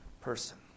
person